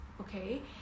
okay